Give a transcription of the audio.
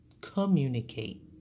communicate